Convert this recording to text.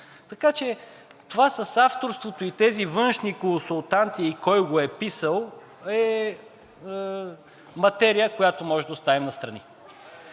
Така че това със съавторството и тези външни консултанти и кой го е писал, е материя, която можем да оставим настрани.